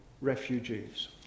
refugees